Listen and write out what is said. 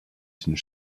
den